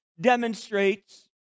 demonstrates